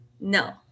no